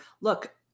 look